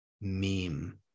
meme